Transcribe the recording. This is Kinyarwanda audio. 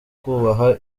kubaha